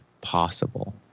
possible